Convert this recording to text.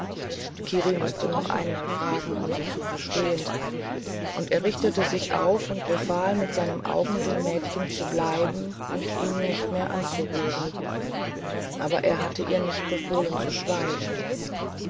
kiri mußte noch einmal fragen um sie zu verstehen und er richtete sich auf und befahl mit seinen augen dem mädchen zu bleiben und ihn nicht mehr anzurühren aber er hatte ihr nicht befohlen zu schweigen